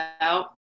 out